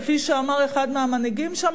כפי שאמר אחד מהמנהיגים שם,